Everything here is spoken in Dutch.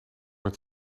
het